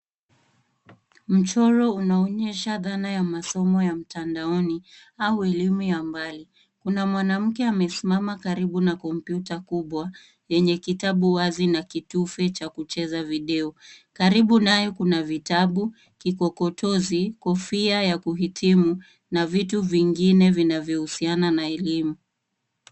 Mchoro unaonyesha dhana ya masomo ya mtandaoni au elimu ya mbali. Kuna mwanamke amesimama karibu na kompyuta kubwa yenye kitabu wazi na kitufe cha kucheza video. Karibu naye kuna vitabu, kikotozi, kofia ya kuhitimu na vitu vingine vinavyohusiana na elimu.